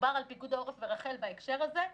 ודובר על פיקוד העורף ורח"ל בהקשר הזה.